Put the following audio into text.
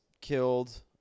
killed